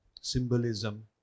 symbolism